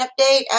update